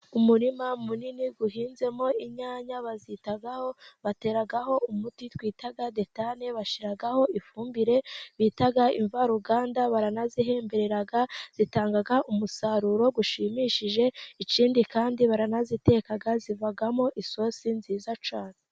Umurima munini guhinzemo inyanya, bazitagaho bateragaho umuti twitaga detane, bashiragaho ifumbire bitaga imvaruganda baranazihembereraga zitangaga umusaruro gushimishije ikindi kandi baranazitekaga zivagamo isosi nziza cyane.